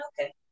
okay